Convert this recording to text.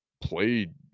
played